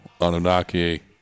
Anunnaki